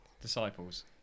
disciples